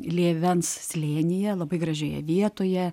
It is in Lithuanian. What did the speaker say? lėvens slėnyje labai gražioje vietoje